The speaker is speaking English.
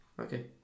Okay